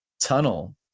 tunnel